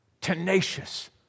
tenacious